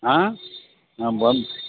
ಆಂ ಹಾಂ ಬಂದು